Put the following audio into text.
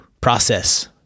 process